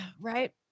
right